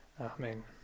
Amen